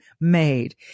Made